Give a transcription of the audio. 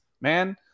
Man